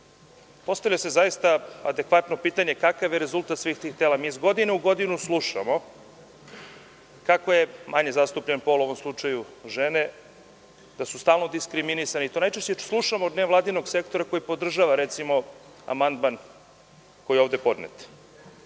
rezultata. Postavlja se zaista adekvatno pitanje – kakav je rezultat svih tih tela? Mi iz godine u godinu slušamo kako je manje zastupljen pol, u ovom slučaju žene, stalno diskriminisan. To najčešće slušamo od nevladinog sektora koji podržava, recimo, amandman koji je ovde podnet.